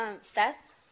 Seth